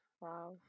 Wow